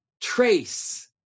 trace